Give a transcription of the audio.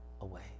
away